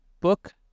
book